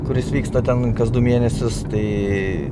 kuris vyksta ten kas du mėnesius tai